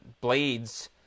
Blades